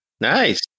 Nice